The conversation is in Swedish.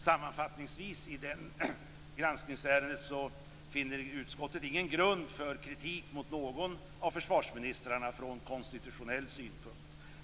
Sammanfattningsvis finner utskottet i detta granskningsärende ingen grund för kritik mot någon av försvarsministrarna från konstitutionell synpunkt.